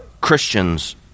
Christians